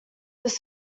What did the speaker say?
his